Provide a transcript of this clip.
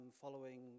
following